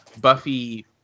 Buffy